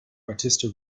battista